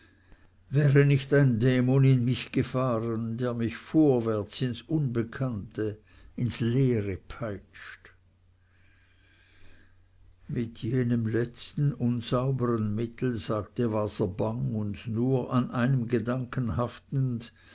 wäre nicht ein dämon in mich gefahren der mich vorwärts ins unbekannte ins leere peitscht mit jenem letzten unsaubern mittel sagte waser bang und nur an einem gedanken haftend